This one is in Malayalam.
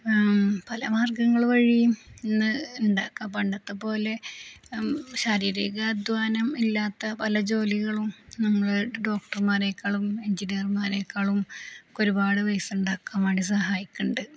പല മാർഗ്ഗങ്ങള് വഴിയും ഇന്ന് ഉണ്ടാക്കാം പണ്ടത്തെപ്പോലെ ശാരീരിക അധ്വാനം ഇല്ലാത്ത പല ജോലികളും നമ്മള് ഡോക്ടർമാരേക്കാളും എൻജിനീയർമാരേക്കാളും ഒക്കെ ഒരുപാട് പൈസയുണ്ടാക്കാൻവേണ്ടി സഹായിക്കുന്നുണ്ട്